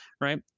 right